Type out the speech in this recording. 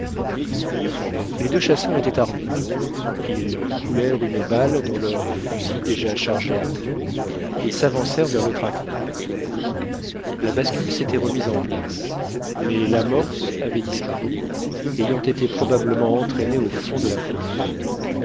les deux chasseurs étaient armés ils coulèrent une balle dans leur fusil déjà chargé à plomb et s'avancèrent vers le traquenard la bascule s'était remise en place mais l'amorce avait disparu ayant été probablement entraînée au fond de la fosse